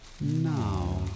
Now